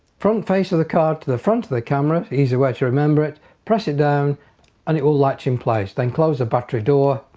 front face of the card to the front of the camera easy way to remember it press it down and it will latch in place then close the battery door